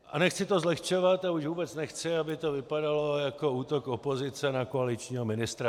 A nechci to zlehčovat, a už vůbec nechci, aby to vypadalo jako útok opozice na koaličního ministra.